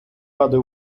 ради